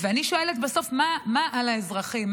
ואני שואלת בסוף: מה על האזרחים?